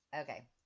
Okay